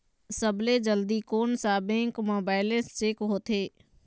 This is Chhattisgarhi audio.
सबसे जल्दी कोन सा बैंक म बैलेंस चेक होथे?